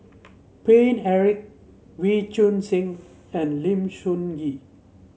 Paine Eric Wee Choon Seng and Lim Sun Gee